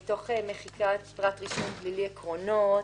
במחיקת פרט רישום פלילי עקרונות,